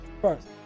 first